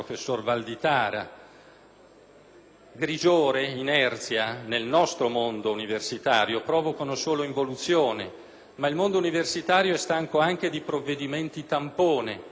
Grigiore e inerzia nel nostro mondo universitario provocano solo involuzione, ma il mondo universitario è stanco anche di provvedimenti tampone che sono controproducenti.